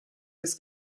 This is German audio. des